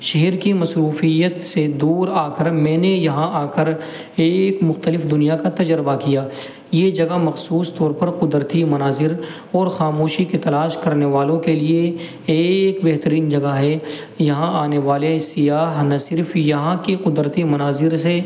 شہر کی مصروفیت سے دور آکر میں نے یہاں آکر ایک مختلف دنیا کا تجربہ کیا یہ جگہ مخصوص طور پر قدرتی مناظر اور خاموشی کی تلاش کرنے والوں کے لیے ایک بہترین جگہ ہے یہاں آنے والے سیاح نہ صرف یہاں کے قدرتی مناظر سے